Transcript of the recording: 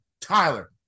Tyler